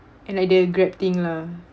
like the Grab thing lah